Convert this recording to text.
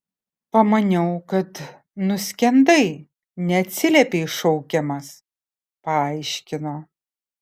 pamaniau kad nuskendai neatsiliepei šaukiamas paaiškino